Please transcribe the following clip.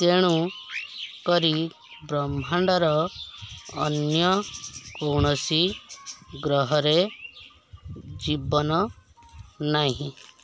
ତେଣୁ କରି ବ୍ରହ୍ମାଣ୍ଡର ଅନ୍ୟ କୌଣସି ଗ୍ରହରେ ଜୀବନ ନାହିଁ